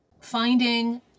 finding